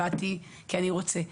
באתי כי אני רוצה עזרה,